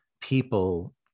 people